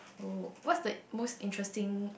oh what's the most interesting